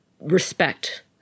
respect